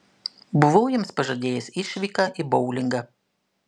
buvau jiems pažadėjęs išvyką į boulingą